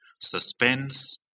suspense